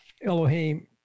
Elohim